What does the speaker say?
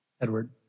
Edward